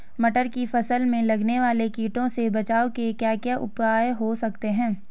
मटर की फसल में लगने वाले कीड़ों से बचाव के क्या क्या उपाय हो सकते हैं?